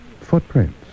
Footprints